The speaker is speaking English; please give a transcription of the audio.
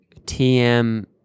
TM